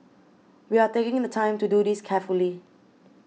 we are taking the time to do this carefully